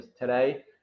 today